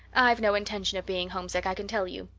i've no intention of being homesick, i can tell you.